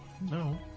No